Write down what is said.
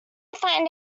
find